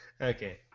Okay